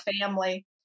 family